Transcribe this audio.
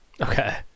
Okay